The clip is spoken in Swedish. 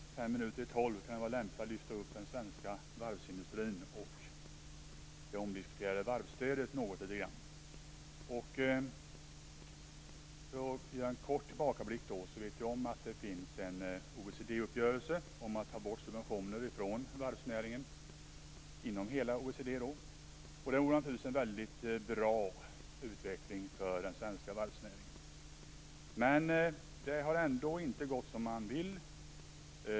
Fru talman! Så här fem minuter i tolv kan det vara lämpligt att lyfta upp den svenska varvsindustrin och det omdiskuterade varvsstödet. En kort tillbakablick: Det finns en OECD-uppgörelse om att ta bort subventioner från varvsnäringen inom hela OECD. Det vore naturligtvis en väldigt bra utveckling för den svenska varvsnäringen. Det har dock inte gått som man vill.